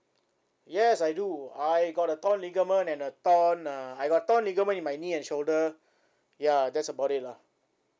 yes I do I got a torn ligament and a torn uh I got torn ligament in my knee and shoulder ya that's about it lah